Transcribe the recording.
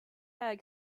had